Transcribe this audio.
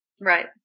Right